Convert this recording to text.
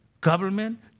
government